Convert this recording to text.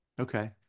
Okay